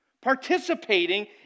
Participating